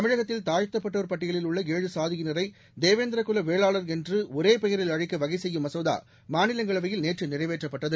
தமிழகத்தில் தாழ்த்தப்பட்டோர் பட்டியலில் உள்ள ஏழு சாதியினரைதேவேந்திரகுலவேளாளர் என்றுஒரேபெயரில் அழைக்கவகைசெய்யும் மசோதாமாநிலங்களவையில் நேற்றுநிறைவேற்றப்பட்டது